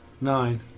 Nine